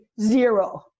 zero